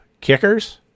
kickers